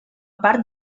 part